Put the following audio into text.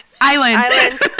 Island